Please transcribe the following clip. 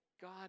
God